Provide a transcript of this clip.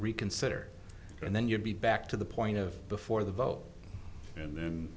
reconsider and then you'd be back to the point of before the vote and then